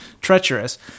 treacherous